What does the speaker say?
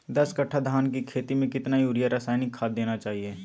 दस कट्टा धान की खेती में कितना यूरिया रासायनिक खाद देना चाहिए?